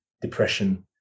depression